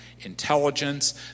intelligence